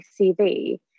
CV